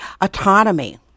autonomy